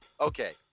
Okay